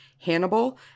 hannibal